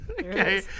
Okay